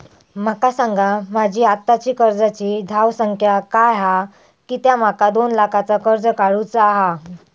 माका सांगा माझी आत्ताची कर्जाची धावसंख्या काय हा कित्या माका दोन लाखाचा कर्ज काढू चा हा?